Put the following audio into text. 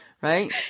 right